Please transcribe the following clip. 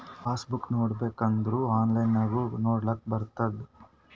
pass book ನೋಡ್ಬೇಕ್ ಅಂದುರ್ online ನಾಗು ನೊಡ್ಲಾಕ್ ಬರ್ತುದ್